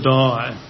die